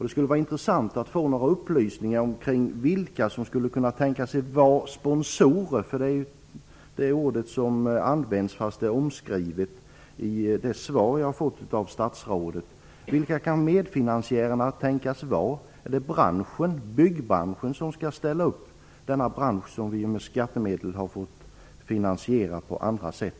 Det skulle vara intressant att få upplysningar om vilka som skulle kunna tänkas vara sponsorer. Sponsorer är ju det ord som används. Men i svaret från arbetsmarknadsministern görs en omskrivning. Vilka kan alltså medfinansiärerna tänkas vara? Är det byggbranschen som skall ställa upp - en bransch som vi med skattemedel har fått finansiera på andra sätt?